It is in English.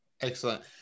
Excellent